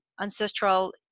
ancestral